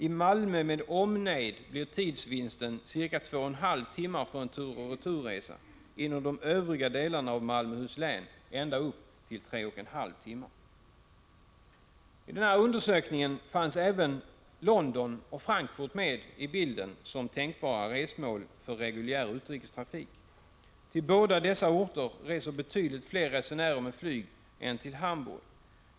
I Malmö med omnejd blir tidsvinsten ca 2,5 timmar för en tur och retur-resa, inom de övriga delarna av Malmöhus län ända upp till 3,5 timmar. I den här undersökningen fanns även London och Frankfurt med i bilden som tänkbara resmål för reguljär utrikestrafik. Till båda dessa orter reser 17 Prot. 1985/86:136 betydligt fler resenärer med flyg än till Hamburg.